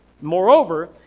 Moreover